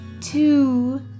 two